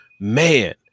man